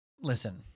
listen